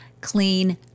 clean